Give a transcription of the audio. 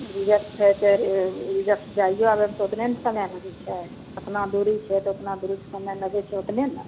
reserve छै तऽ एहिजा से जाइयो आबेमे तऽ ओतने ने समय लगै छै ओतना दुरी छै तऽ ओतना दुरीके समय लगै छै ओतने ने